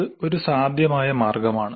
ഇത് ഒരു സാധ്യമായ മാർഗമാണ്